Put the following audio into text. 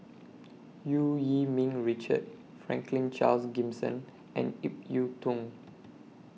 EU Yee Ming Richard Franklin Charles Gimson and Ip Yiu Tung